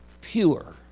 pure